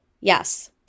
Yes